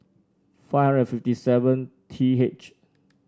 five hundred fifty seven T H